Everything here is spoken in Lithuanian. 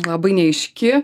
labai neaiški